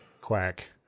quack